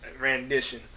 rendition